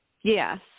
Yes